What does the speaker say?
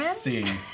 see